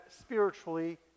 spiritually